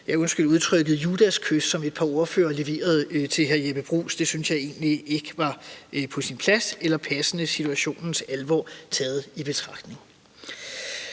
udtrykket, Judaskys, som et par ordførere leverede til hr. Jeppe Bruus, for det synes jeg egentlig ikke var på sin plads eller var passende situationens alvor taget i betragtning.